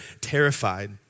terrified